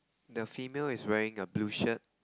the female is wearing a blue shirt